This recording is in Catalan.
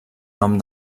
nom